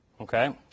Okay